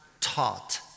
taught